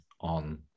on